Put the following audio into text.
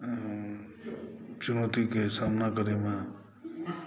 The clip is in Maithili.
चुनौतीके सामना करयमे